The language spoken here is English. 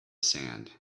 sand